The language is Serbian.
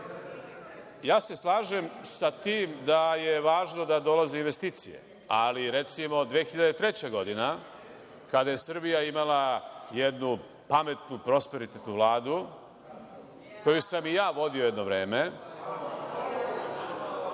se sa tim da je važno da dolaze investicije. Recimo, 2003. godina, kada je Srbija imala jednu pametnu, prosperitetnu vladu, koju sam i ja vodio jedno vreme,